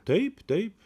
taip taip